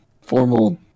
formal